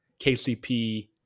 KCP